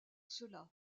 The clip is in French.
cela